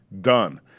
done